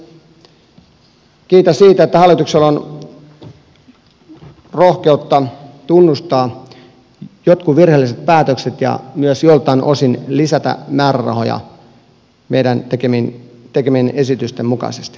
kiitän siitä että hallituksella on rohkeutta tunnustaa jotkut virheelliset päätökset ja myös joltain osin lisätä määrärahoja meidän tekemien esitysten mukaisesti